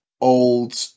old